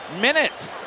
minute